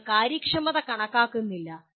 നിങ്ങൾ കാര്യക്ഷമത കണക്കാക്കുന്നില്ല